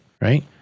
Right